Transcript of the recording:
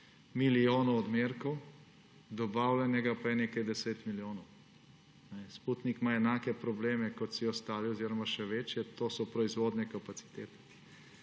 milijonov odmerkov, dobavljenega pa je nekaj 10 milijonov. Sputnik ima enake probleme kot vsi ostali oziroma še večje, to so proizvodne kapacitete.